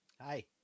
hi